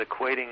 equating